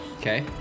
Okay